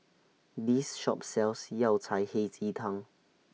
This Shop sells Yao Cai Hei Ji Tang